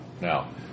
Now